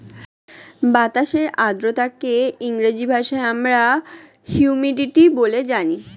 বাতাসের আর্দ্রতাকে ইংরেজি ভাষায় আমরা হিউমিডিটি বলে জানি